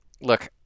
Look